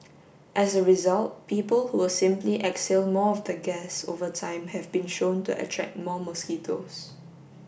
as a result people who simply exhale more of the gas over time have been shown to attract more mosquitoes